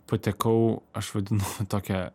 patekau aš vadinu tokią